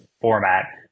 format